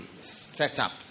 setup